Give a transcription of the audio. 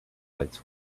lights